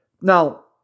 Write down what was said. Now